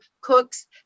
cooks